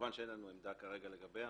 כמובן שאין לנו עמדה כרגע לגביה,